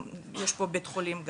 יש פה בית חולים גם.